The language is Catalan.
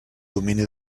domini